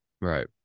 right